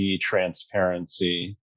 transparency